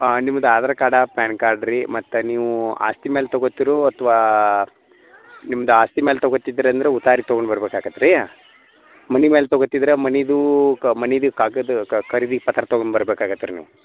ನಿಮ್ದು Aadhaar card PAN card ರೀ ಮತ್ತು ನೀವು ಆಸ್ತಿ ಮೇಲ್ ತೊಗೊತೀರೋ ಅಥವಾ ನಿಮ್ದು ಆಸ್ತಿ ಮೇಲ್ ತೊಗೋತಿದ್ರೆ ಅಂದ್ರೆ ಉತಾರಿ ತೊಗೊಂಡು ಬರ್ಬೇಕಾಕತ್ ರೀ ಮನೆ ಮೇಲ್ ತೊಗೋತಿದ್ದರೆ ಮನೆದು ಕಾ ಮನೆದ್ ಕಾಗದ ಖರೀದಿ ಪತ್ರ ತೊಗೊಂಬರ್ಬೇಕಾಗತ್ತೆ ರೀ ನೀವು